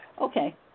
Okay